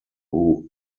who